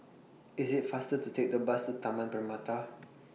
IT IS faster to Take The Bus to Taman Permata